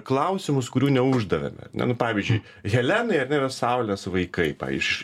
klausimus kurių neuždavėm ar ne nu pavyzdžiui helenai ar ne yra saulės vaikai iš